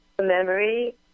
memory